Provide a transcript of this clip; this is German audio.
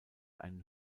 einen